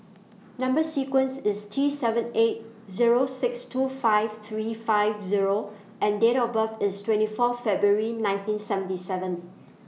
Number sequence IS T seven eight Zero six two five three five Zero and Date of birth IS twenty Fourth February nineteen seventy seven